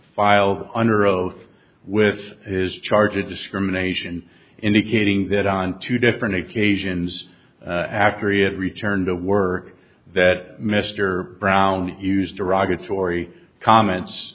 file under oath with his charge of discrimination indicating that on two different occasions after he had returned to work that mr brown used derogatory comments